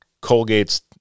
Colgate's